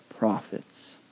Prophets